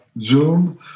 Zoom